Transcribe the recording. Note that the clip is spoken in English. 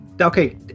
Okay